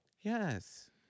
Yes